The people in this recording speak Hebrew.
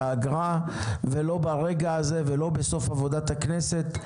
האגרה ולא ברגע הזה ולא בסוף עבודת הכנסת.